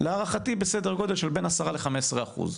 להערכתי בסדר גודל של בין 10 ל-15 אחוזים.